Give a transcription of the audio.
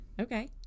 Okay